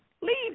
leave